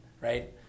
right